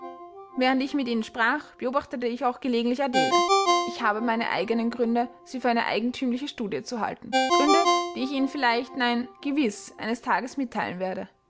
während ich mit ihnen sprach beoachtete ich auch gelegentlich adele ich habe meine eigenen gründe sie für eine eigentümliche studie zu halten gründe die ich ihnen vielleicht nein gewiß eines tages mitteilen werde